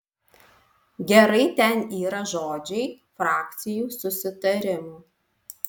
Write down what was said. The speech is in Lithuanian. gerai ten yra žodžiai frakcijų susitarimu